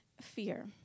fear